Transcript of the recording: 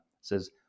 says